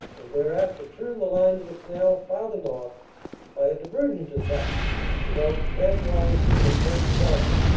and thereafter turn the line of the canal farther north by a divergent attack developed fanwise from the point of crossing.